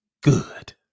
good